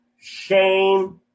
shame